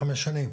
חמש שנים,